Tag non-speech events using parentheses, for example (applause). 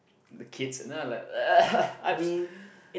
the kids then i like like (laughs)